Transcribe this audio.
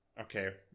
okay